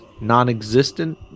non-existent